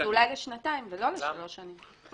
אז אולי לשנתיים ולא לשלוש שנים.